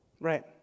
right